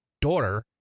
daughter